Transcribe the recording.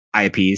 IPs